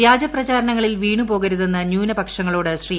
വ്യാജപ്രചാരണങ്ങളിൽ വീണു പോകരുതെന്ന് ന്യൂനപക്ഷങ്ങളോട് ശ്രീ